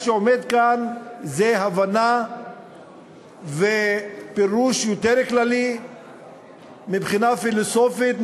מה שעומד כאן זה הבנה ופירוש יותר כללי מבחינה פילוסופית,